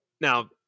now